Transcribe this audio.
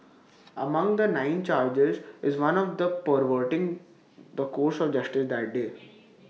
among the nine charges is one of perverting the course of justice that day